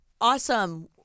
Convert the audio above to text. awesome